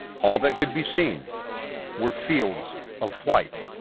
all that could be seen were fields of white.